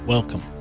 Welcome